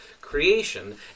creation